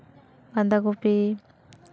ᱵᱟᱸᱫᱷᱟ ᱠᱚᱯᱤ